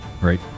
Right